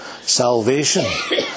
salvation